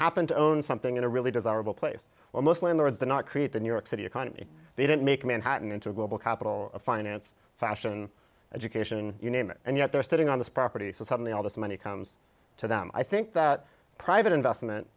happen to own something in a really desirable place where most landlords the not create the new york city economy they didn't make manhattan into a global capital of finance fashion education you name it and yet they're sitting on this property so suddenly all this money comes to them i think that private investment